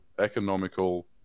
economical